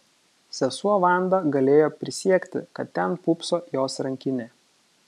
sesuo vanda galėjo prisiekti kad ten pūpso jos rankinė